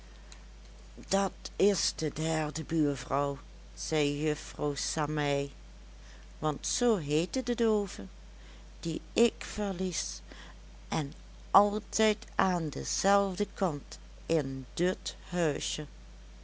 dat is de derde buurvrouw zei juffrouw samei want zoo heette de doove die ik verlies en altijd aan dezelfde kant in dut huisje